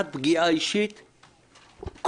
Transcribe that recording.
עד פגיעה אישית כואבת,